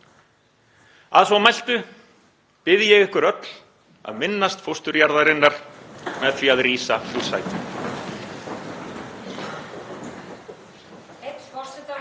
Að svo mæltu bið ég ykkur öll að minnast fósturjarðarinnar með því að rísa úr sætum.